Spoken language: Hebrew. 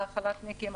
על החל"תניקים,